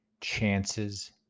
chances